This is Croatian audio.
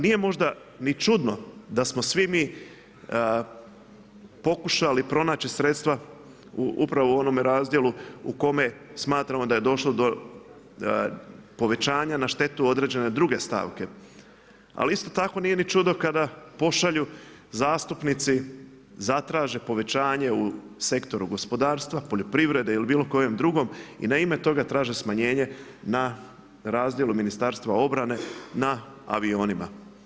Nije možda ni čudno da smo svi mi pokušali pronaći sredstva upravo u onom razdjelu u kome smatramo da je došlo do povećanja na štetu određene druge stavke ali isto tako nije ni čudno kada pošalju zastupnici, zatraže povećanje u sektoru gospodarstva, poljoprivrede ili bilokojem drugom i na ime toga traže smanjenje na razdjelu Ministarstva obrane na avionima.